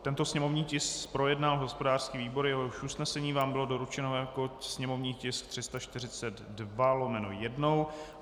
Tento sněmovní tisk projednal hospodářský výbor, jehož usnesení vám bylo doručeno jako sněmovní tisk 342/1.